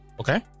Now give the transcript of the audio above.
okay